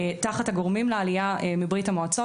תחת הגורמים לעלייה מברית המועצות,